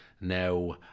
now